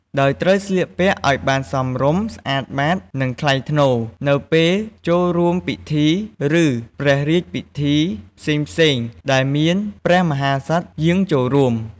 ដោយត្រូវស្លៀកពាក់ឲ្យបានសមរម្យ ស្អាតបាត និងថ្លៃថ្នូរ នៅពេលចូលរួមពិធី ឬព្រះរាជពិធីផ្សេងៗដែលមានព្រះមហាក្សត្រយាងចូលរួម។